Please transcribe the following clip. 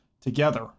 together